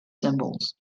cymbals